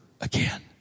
again